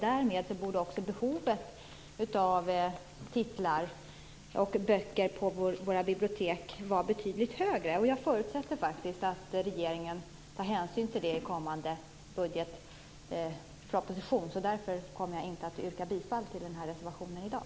Därmed borde också behovet av böcker på våra bibliotek vara betydligt större. Jag förutsätter att regeringen tar hänsyn till det i kommande budgetproposition. Därför kommer jag inte att yrka bifall till reservationen i dag.